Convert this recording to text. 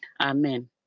Amen